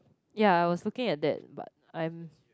yeah I was looking at that but I'm